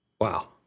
Wow